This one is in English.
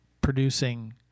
producing